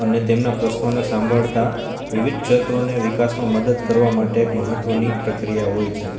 અને તેમના પ્રશ્નોને સાંભળતા વિવિધ ક્ષેત્રોને વિકાસમાં મદદ કરવા માટે એક મહત્ત્વની પ્રક્રિયા હોય છે